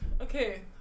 okay